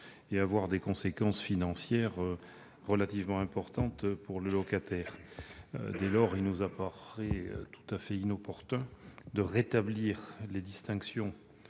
et avoir des conséquences financières relativement importantes pour le locataire. Dès lors, il nous paraît tout à fait opportun de rétablir non